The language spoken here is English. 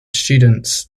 students